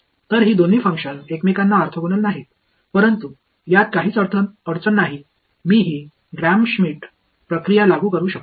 तर ही दोन्ही फंक्शन एकमेकांना ऑर्थोगोनल नाहीत परंतु यात काहीच अडचण नाही मी ही ग्राम श्मिट प्रक्रिया लागू करू शकतो